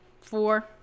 four